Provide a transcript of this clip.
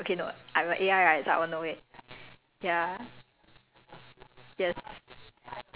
ya lor then can like turn on air con when I clap two times or like okay no I'm a A_I right so I will know it